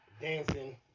dancing